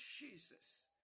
Jesus